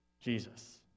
Jesus